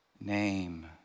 name